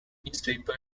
newspaper